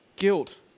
Guilt